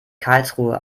karlsruhe